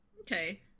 Okay